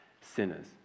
sinners